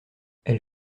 elle